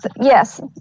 Yes